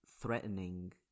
threatening